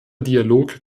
dialog